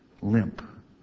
Limp